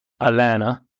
Alana